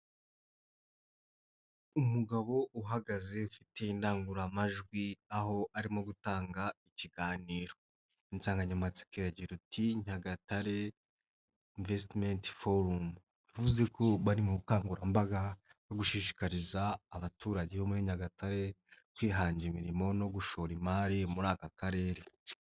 Umugabo uhagaze ufite indangururamajwi, aho arimo gutanga ikiganiro, insanganyamatsiko iragira iti Nyagatare investiment forum, bivuze ko bari mu bukangurambaga no gushishikariza abaturage bo muri Nyagatare, kwihangira imirimo no gushora imari muri aka karere.